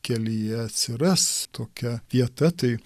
kelyje atsiras tokia vieta tai